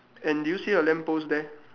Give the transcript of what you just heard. and do you see a lamp post there